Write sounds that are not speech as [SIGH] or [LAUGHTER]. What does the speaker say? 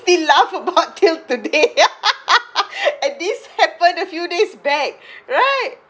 still laugh about till today [LAUGHS] and this happen a few days back right